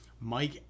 Mike